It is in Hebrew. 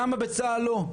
למה בצה"ל לא?